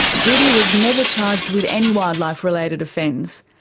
judy was never charged with any wildlife-related offence,